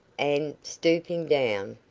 and, stooping down,